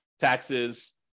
taxes